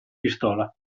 pistola